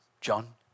John